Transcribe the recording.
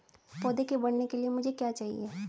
पौधे के बढ़ने के लिए मुझे क्या चाहिए?